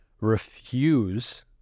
refuse